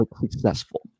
successful